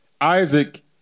Isaac